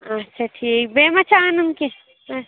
آچھا ٹھیٖک بیٚیہِ ما چھُ اَنُن کیٚنٛہہ